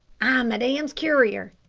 madame's courier,